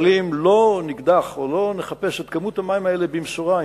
אבל אם לא נקדח או לא נחפש את המים האלה במשורה,